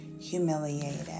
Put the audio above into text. humiliated